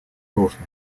прошлом